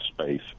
space